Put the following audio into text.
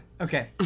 Okay